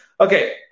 Okay